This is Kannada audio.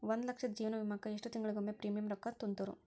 ಒಂದ್ ಲಕ್ಷದ ಜೇವನ ವಿಮಾಕ್ಕ ಎಷ್ಟ ತಿಂಗಳಿಗೊಮ್ಮೆ ಪ್ರೇಮಿಯಂ ರೊಕ್ಕಾ ತುಂತುರು?